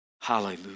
Hallelujah